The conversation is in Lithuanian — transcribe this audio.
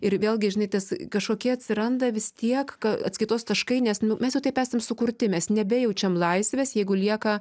ir vėlgi žinai tas kažkokie atsiranda vis tiek atskaitos taškai nes nu mes jau taip esame sukurti mes nebejaučiam laisvės jeigu lieka